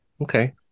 Okay